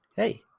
Hey